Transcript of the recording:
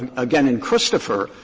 and again in christopher,